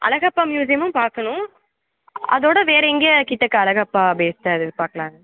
அழகப்பா மியூஸியமும் பார்க்கணும் அதோடு வேறு எங்கேயும் கிட்டக்க அழகப்பா பேஸ்டா எதாவது பார்க்கலாம்னு